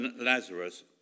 Lazarus